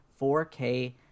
4K